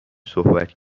صحبت